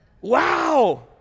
Wow